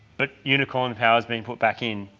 but unicorn power has been put back in.